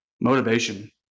Motivation